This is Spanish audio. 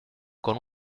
con